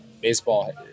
baseball